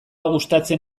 gustatzen